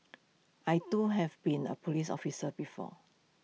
I too have been A Police officer before